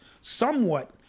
somewhat